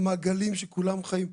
המעגלים שכולם חיים.